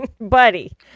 buddy